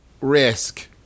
Risk